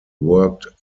worked